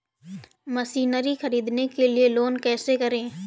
Machinery ख़रीदने के लिए लोन कैसे करें?